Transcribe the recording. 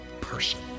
person